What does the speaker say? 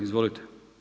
Izvolite.